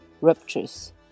ruptures